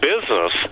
business